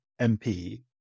MP